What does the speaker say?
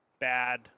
bad